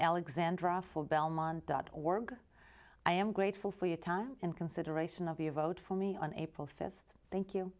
alexandra for belmont dot org i am grateful for your time and consideration of your vote for me on april fifth thank you